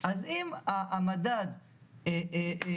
למה בעיני